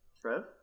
Trev